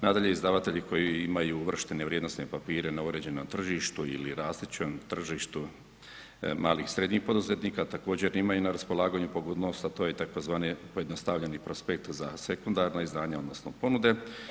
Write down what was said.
Nadalje, izdavatelji koji imaju uvrštene vrijednosne papire na uređenom tržištu ili rastućem tržištu malih i srednjih poduzetnika također imaju na raspolaganju poput …/nerazumljivo/… to je tzv. pojednostavljeni prospekt za sekundarna izdanja odnosno ponude.